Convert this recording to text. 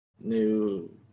New